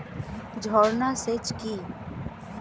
ঝর্না সেচ কি?